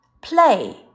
play